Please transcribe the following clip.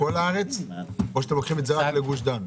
בכל הארץ או רק בגוש דן?